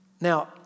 Now